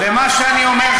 ומה שאני אומר,